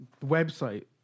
Website